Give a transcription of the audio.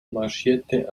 marschierte